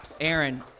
Aaron